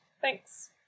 Thanks